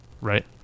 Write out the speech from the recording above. right